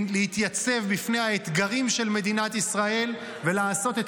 להתייצב בפני האתגרים של מדינת ישראל ולעשות את